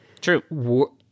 True